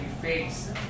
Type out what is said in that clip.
face